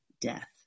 death